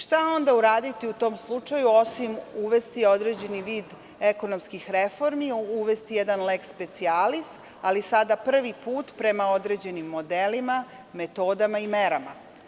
Šta onda uraditi u tom slučaju, osim uvesti određeni vid ekonomskih reformi, uvesti jedan lex specialis, ali sada prvi put prema određenim modelima, metodama i merama.